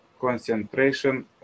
concentration